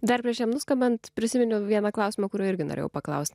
dar prieš jam nuskambant prisiminiau vieną klausimą kurio irgi norėjau paklaust